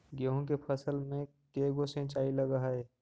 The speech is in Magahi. गेहूं के फसल मे के गो सिंचाई लग हय?